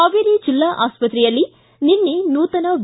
ಹಾವೇರಿ ಜೆಲ್ಲಾ ಆಸ್ಪತ್ರೆಯಲ್ಲಿ ನಿನ್ನೆ ನೂತನ ವಿ